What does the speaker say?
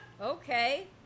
Okay